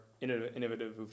innovative